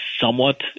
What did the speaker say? somewhat